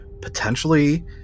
potentially